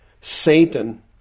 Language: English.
Satan